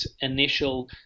initial